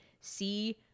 see